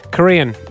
Korean